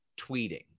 tweeting